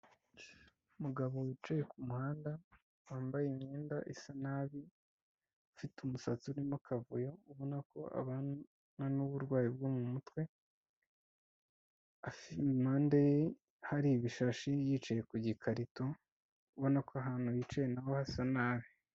Umugabo wicaye ku muhanda wambaye imyenda isa nabi, ufite umusatsi urimo akavuyo ubona ko abana n'uburwayi bwo mu mutwe, impande ye hari ibishashi, yicaye ku gikarito ubona ko ahantu yicaye naho hasa nabi.